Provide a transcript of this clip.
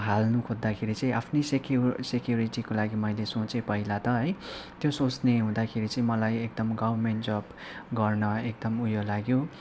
हाल्नु खोज्दाखेरि चाहिँ आफ्नै सेक्यु सेक्यिुरिटीको लागि मैले सोचे पहिला त है त्यो सोच्ने हुँदाखेरि चाहिँ मलाई एकदम गभर्मेन्ट जब गर्न एकदम उयो लाग्यो